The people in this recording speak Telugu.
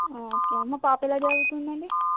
ఓకే మా పాప ఎలా చదువుతుంది అండి